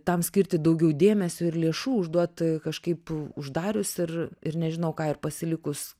tam skirti daugiau dėmesio ir lėšų užduot kažkaip uždarius ir ir nežinau ką ir pasilikus